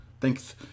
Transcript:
Thanks